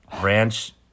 ranch